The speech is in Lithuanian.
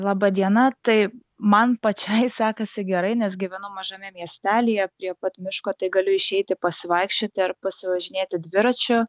laba diena tai man pačiai sekasi gerai nes gyvenu mažame miestelyje prie pat miško tai galiu išeiti pasivaikščioti ar pasivažinėti dviračiu